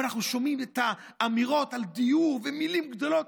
ואנחנו שומעים את האמירות על דיור ומילים גדולות,